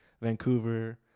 Vancouver